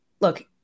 look